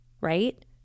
right